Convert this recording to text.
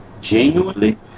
genuinely